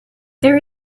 there